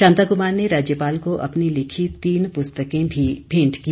शांताकुमार ने राज्यपाल को अपनी लिखी तीन पुस्तकें भी भेंट की